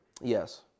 Yes